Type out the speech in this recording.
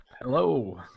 Hello